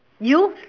you